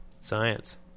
Science